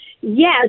Yes